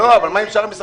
אבל מה עם שאר המשרדים?